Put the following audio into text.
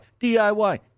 DIY